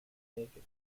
naked